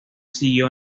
siguió